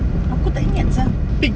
aku tak ingat sia